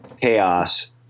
chaos